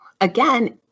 again